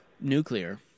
nuclear